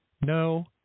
No